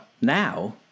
now